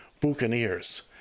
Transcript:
Buccaneers